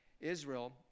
Israel